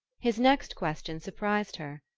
his next question surprised her.